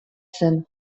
zen